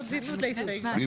מי